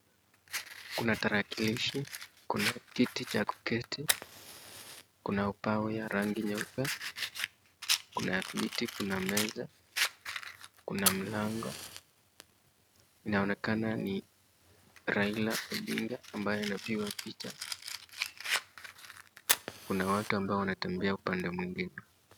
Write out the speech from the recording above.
Kuna tarakilishi, kuna kiti cha kuketi kuna ubao ya rangi nyeupe kuna miti kuna meza kuna mlango, inaonekana ni Raila Odinga ambaye anapigwa picha, kuna watu ambao wanatembea upande mwingine.